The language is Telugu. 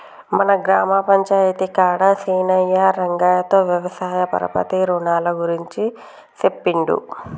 మన గ్రామ పంచాయితీ కాడ సీనయ్యా రంగయ్యతో వ్యవసాయ పరపతి రునాల గురించి సెప్పిండు